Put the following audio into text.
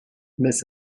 miss